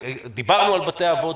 דיברנו על בתי האבות,